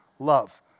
Love